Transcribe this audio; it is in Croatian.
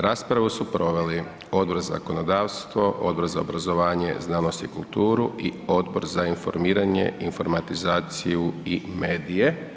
Raspravu su proveli Odbor za zakonodavstvo, Odbor za obrazovanje, znanost i kulturu i Odbor za informiranje, informatizaciju i medije.